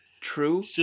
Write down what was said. True